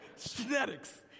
genetics